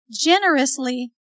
Generously